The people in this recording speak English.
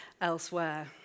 elsewhere